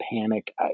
panic